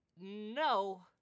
No